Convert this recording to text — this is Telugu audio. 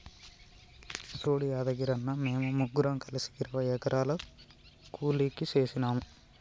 సూడు యాదగిరన్న, మేము ముగ్గురం కలిసి ఇరవై ఎకరాలు కూలికి సేసినాము